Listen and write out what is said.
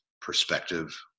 perspective